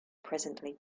presently